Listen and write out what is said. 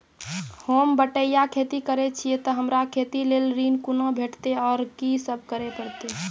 होम बटैया खेती करै छियै तऽ हमरा खेती लेल ऋण कुना भेंटते, आर कि सब करें परतै?